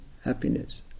happiness